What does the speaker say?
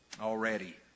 Already